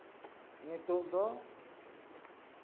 ᱱᱤᱛᱳᱜ ᱫᱚ